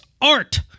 art